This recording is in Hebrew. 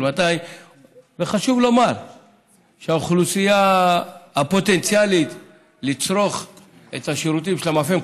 של 200. חשוב לומר שבאוכלוסייה הפוטנציאלית לצרוך את השירותים של המפעם,